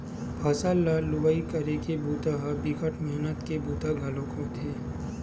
फसल ल लुवई करे के बूता ह बिकट मेहनत के बूता घलोक होथे